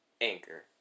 Anchor